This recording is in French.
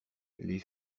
les